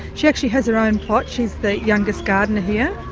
she actually has her own plot, she's the youngest gardener here.